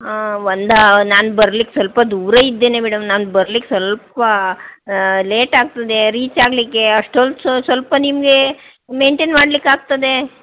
ಹಾಂ ಒಂದು ನಾನು ಬರ್ಲಿಕ್ಕೆ ಸ್ವಲ್ಪ ದೂರ ಇದ್ದೇನೆ ಮೇಡಮ್ ನಾನು ಬರ್ಲಿಕ್ಕೆ ಸ್ವಲ್ಪ ಲೇಟಾಗ್ತದೆ ರೀಚಾಗಲಿಕ್ಕೆ ಅಷ್ಟೊತ್ತು ಸೊ ಸ್ವಲ್ಪ ನಿಮಗೆ ಮೇಂಟೇನ್ ಮಾಡಲಿಕ್ಕಾಗ್ತದೆ